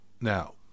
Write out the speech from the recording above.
Now